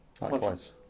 Likewise